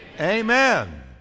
Amen